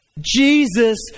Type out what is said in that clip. Jesus